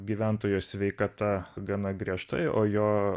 gyventojo sveikata gana griežtai o jo